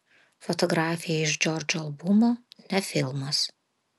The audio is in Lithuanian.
fotografija iš džordžo albumo ne filmas